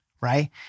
right